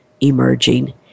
emerging